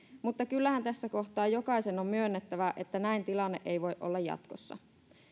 mutta kyllähän tässä kohtaa jokaisen on myönnettävä että näin tilanne ei voi olla jatkossa